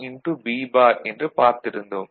B bar என்று பார்த்திருந்தோம்